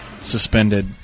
suspended